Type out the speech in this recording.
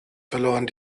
verloren